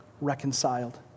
reconciled